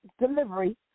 delivery